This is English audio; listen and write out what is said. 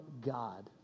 God